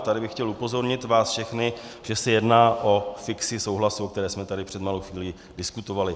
Tady bych chtěl upozornit vás všechny, že se jedná o fikci souhlasu, o které jsme tady před malou chvílí diskutovali.